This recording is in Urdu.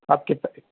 آپ کے